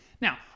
Now